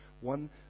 One